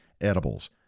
Edibles